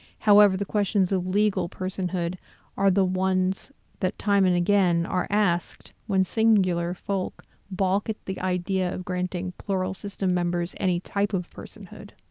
however, the questions of legal personhood are the ones that time and again again are asked when singular folk balk at the idea of granting plural system members any type of personhood.